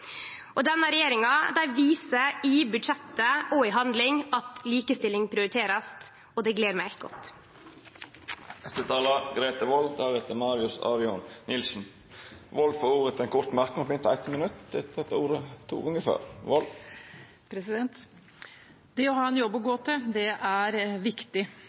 rommet. Denne regjeringa viser i budsjettet og i handling at likestilling blir prioritert – og det gler meg. Representanten Grete Wold har hatt ordet to gonger før og får ordet til ein kort merknad, avgrensa til 1 minutt. Det å ha en jobb å gå til er viktig.